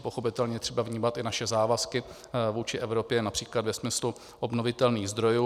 Pochopitelně je třeba vnímat i naše závazky vůči Evropě například ve smyslu obnovitelných zdrojů.